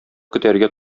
көтәргә